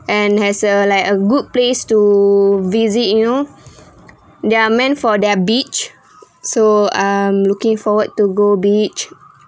and has a like a good place to visit you know they are meant for their beach so I'm looking forward to go beach